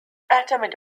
أعتمد